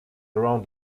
around